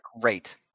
Great